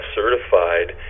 certified